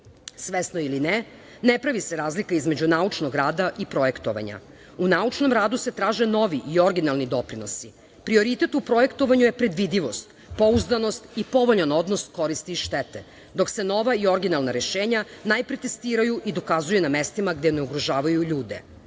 Svesno ili ne, ne pravi se razlika između naučnog rada i projektovanja. U naučnom radu se traže novi i originalni doprinosi. Prioritet u projektovanju je predvidivost, pouzdanost i povoljan odnos koristi i štete, dok se nova i originalna rešenja najpre testiraju i dokazuju na mestima gde ne ugrožavaju ljude. Mnoge